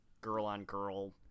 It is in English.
girl-on-girl